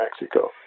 Mexico